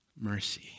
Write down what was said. mercy